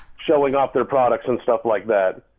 showing off their products and stuff like that.